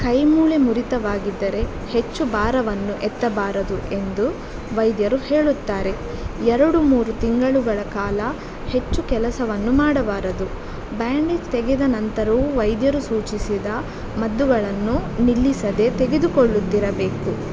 ಕೈಮೂಳೆ ಮುರಿತವಾಗಿದ್ದರೆ ಹೆಚ್ಚು ಭಾರವನ್ನು ಎತ್ತಬಾರದು ಎಂದು ವೈದ್ಯರು ಹೇಳುತ್ತಾರೆ ಎರಡು ಮೂರು ತಿಂಗಳುಗಳ ಕಾಲ ಹೆಚ್ಚು ಕೆಲಸವನ್ನು ಮಾಡಬಾರದು ಬ್ಯಾಂಡೇಜ್ ತೆಗೆದ ನಂತರವೂ ವೈದ್ಯರು ಸೂಚಿಸಿದ ಮದ್ದುಗಳನ್ನು ನಿಲ್ಲಿಸದೆ ತೆಗೆದುಕೊಳ್ಳುತ್ತಿರಬೇಕು